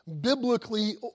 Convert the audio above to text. biblically